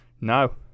No